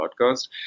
podcast